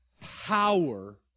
power